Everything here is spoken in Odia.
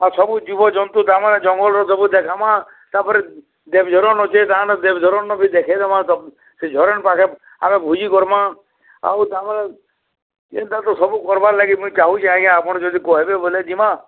ହଁ ସବୁ ଜୀବଜନ୍ତୁ ତା'ର୍ମାନେ ଜଙ୍ଗଲ୍ର ସବୁ ଦେଖ୍ମା ତା'ର୍ପରେ ଦେବ୍ଝରଣ୍ ଅଛେ ତାଙ୍କର୍ ଦେବ୍ଝରଣ୍ ବି ଦେଖେଇ ଦେମା ତ ସେ ଝରଣ୍ ପାଖେ ଆମେ ଭୁଜି କର୍ମା ଆଉ ତା'ର୍ପରେ ଏନ୍ତା ତ ସବୁ କର୍ବାର୍ ଲାଗି ମୁଇଁ ଚାହୁଁଛେ ଆଜ୍ଞା ଆପଣ୍ ଯଦି କହେବେ ବେଲେ ଯିମା